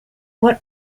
what